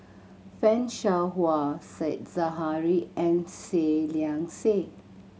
Fan Shao Hua Said Zahari and Seah Liang Seah